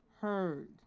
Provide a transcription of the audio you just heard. heard